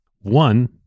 one